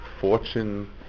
fortune